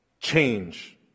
change